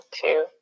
two